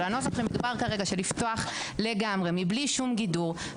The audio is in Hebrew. אבל הנוסח שמדובר כרגע לפתוח לגמרי בלי שום גידור,